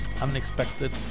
unexpected